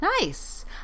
Nice